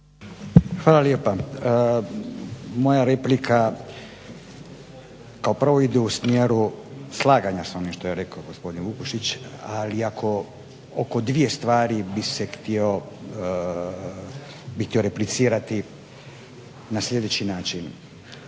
Hvala lijepa. Moja replika kao prvo ide u smjeru slaganja sa onim što je rekao gospodin Vukušić. Ali ako oko dvije stvari bih se htio replicirati na sljedeći način.